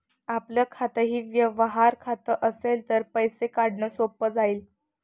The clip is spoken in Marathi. आपलं खातंही व्यवहार खातं असेल तर पैसे काढणं सोपं जाईल